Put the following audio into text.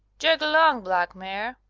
jog along, black mare.